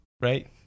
Right